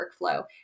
workflow